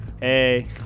Hey